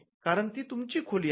कारण ती तुमची खोली आहे